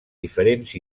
diferents